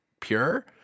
pure